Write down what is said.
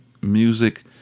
music